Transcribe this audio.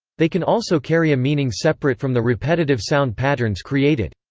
they can also carry a meaning separate from the repetitive sound patterns created.